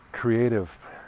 Creative